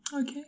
Okay